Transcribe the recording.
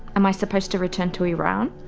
am i supposed to return to iran?